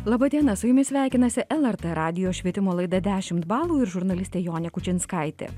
laba diena su jumis sveikinasi el er tė radijo švietimo laida dešimt balų ir žurnalistė jonė kučinskaitė